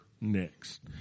next